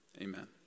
amen